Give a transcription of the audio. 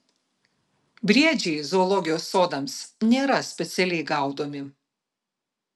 briedžiai zoologijos sodams nėra specialiai gaudomi